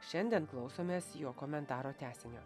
šiandien klausomės jo komentaro tęsinio